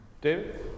David